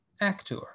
Actor